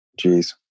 Jeez